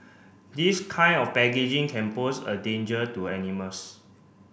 this kind of packaging can pose a danger to animals